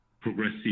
progressive